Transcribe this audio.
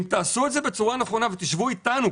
תשבו איתנו,